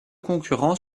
concurrents